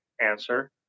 answer